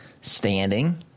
standing